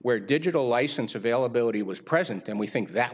where digital license availability was present and we think that